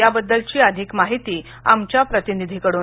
त्याबद्दलची अधिक माहिती आमच्या प्रतिनिधीकडून